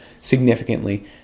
significantly